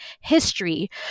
history